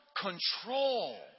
control